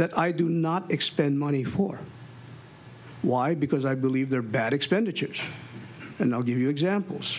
that i do not expend money for why because i believe there are bad expenditures and i'll give you examples